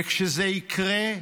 וכשזה יקרה,